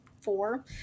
four